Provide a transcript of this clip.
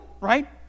Right